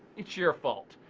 it's your fault.